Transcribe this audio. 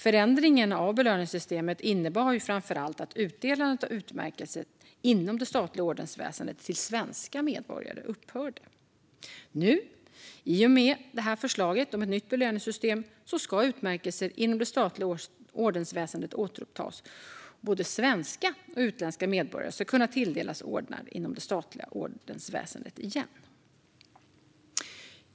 Förändringen av belöningssystemet innebar framför allt att utdelandet av utmärkelser inom det statliga ordensväsendet till svenska medborgare upphörde. Nu, i och med förslaget om ett nytt belöningssystem, ska utmärkelser inom det statliga ordensväsendet återupptas, och både svenska och utländska medborgare ska kunna tilldelas ordnar inom det statliga ordensväsendet igen.